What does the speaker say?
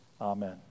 Amen